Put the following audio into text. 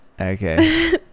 okay